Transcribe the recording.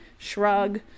shrug